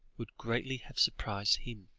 would greatly have surprised him.